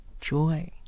joy